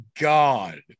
god